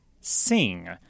Sing